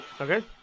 okay